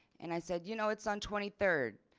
and i said you know it's on twenty third.